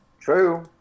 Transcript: True